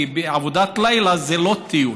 כי עבודת לילה זה לא טיול,